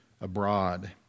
abroad